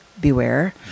beware